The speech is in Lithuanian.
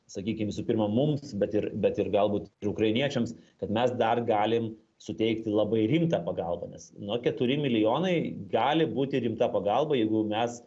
sakykim visų pirma mums bet ir bet ir galbūt ir ukrainiečiams kad mes dar galim suteikti labai rimtą pagalbą nes nu keturi milijonai gali būti rimta pagalba jeigu mes